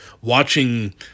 watching